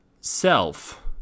self